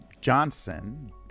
johnson